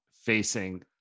facing